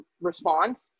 response